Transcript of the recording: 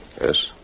Yes